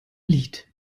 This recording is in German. lied